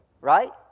right